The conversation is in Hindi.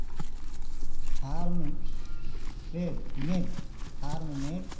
Farmsmade farm made